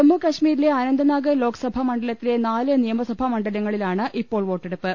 ജമ്മു കശ്മീരിലെ അനന്തനാഗ് ലോക്സഭാ മണ്ഡല ത്തിലെ നാല് നിയമസഭാ മണ്ഡലങ്ങളിലാണ് ഇപ്പോൾ വോട്ടെ ടുപ്പ്